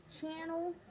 channel